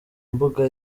mbuga